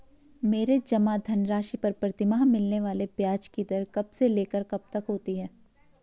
मेरे जमा धन राशि पर प्रतिमाह मिलने वाले ब्याज की दर कब से लेकर कब तक होती है?